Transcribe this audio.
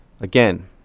again